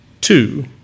Two